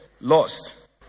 Lost